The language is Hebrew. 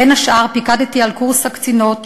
בין השאר פיקדתי על קורס הקצינות,